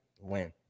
win